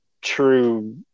true